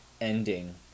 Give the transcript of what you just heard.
ending